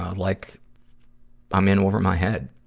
like i'm in over my head.